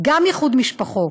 גם איחוד משפחות.